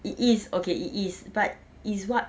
it is okay it is but it's what